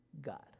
God